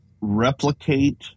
replicate